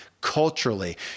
culturally